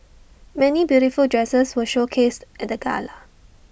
many beautiful dresses were showcased at the gala